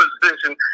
position